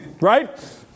right